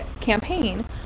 campaign